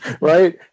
right